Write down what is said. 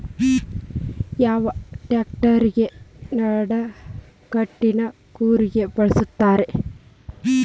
ಯಾವ ಟ್ರ್ಯಾಕ್ಟರಗೆ ನಡಕಟ್ಟಿನ ಕೂರಿಗೆ ಬಳಸುತ್ತಾರೆ?